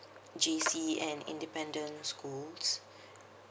J_C and independent schools